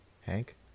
Hank